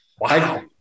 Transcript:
Wow